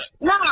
No